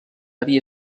havia